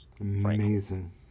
Amazing